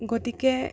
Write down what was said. গতিকে